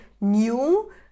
new